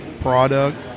product